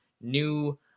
new